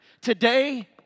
today